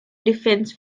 defence